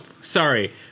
sorry